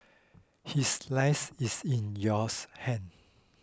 his life is in yours hands